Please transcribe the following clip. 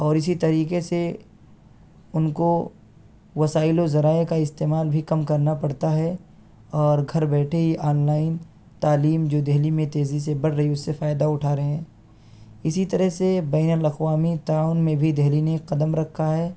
اور اسی طریقے سے ان کو وسائل و ذرائع کا استعمال بھی کم کرنا پڑتا ہے اور گھر بیٹھے ہی آن لائن تعلیم جو دلی میں تیزی سے بڑھ رہی ہے اس سے فائدہ اٹھا رہے ہیں اسی طرح سے بین الاقوامی تعاون میں بھی دلی نے قدم رکھا ہے